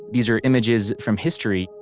these are images from history.